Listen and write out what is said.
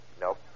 Nope